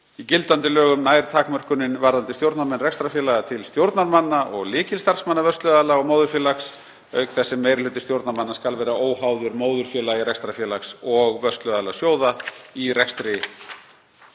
Í gildandi lögum nær takmörkunin varðandi stjórnarmenn rekstrarfélaga til stjórnarmanna og lykilstarfsmanna vörsluaðila og móðurfélags, auk þess sem meiri hluti stjórnarmanna skal vera óháður móðurfélagi rekstrarfélags og vörsluaðila sjóða í rekstri